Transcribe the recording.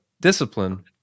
discipline